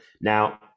Now